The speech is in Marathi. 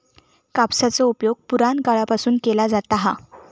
कापसाचो उपयोग पुराणकाळापासून केलो जाता हा